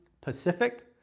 Pacific